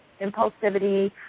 impulsivity